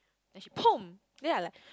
then she poom then I like